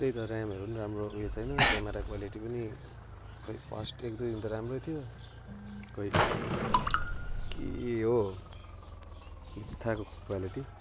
त्यही त ऱ्यामहरू नि राम्रो ऊ यो छैन क्यामेरा क्वालिटी पनि खै फर्स्ट एकदुई दिन त राम्रै थियो खोइ के हो हो बित्थाको क्वालिटी